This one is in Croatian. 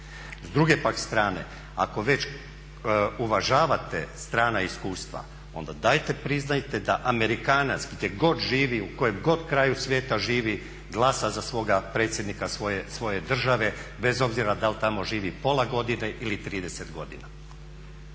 S druge pak strane ako već uvažavate strana iskustva onda dajte priznajte da Amerikanac gdje god živi, u kojem god kraju svijeta živi glasa za svoga predsjednika svoje države bez obzira dal' tamo živi pola godine ili 30 godina.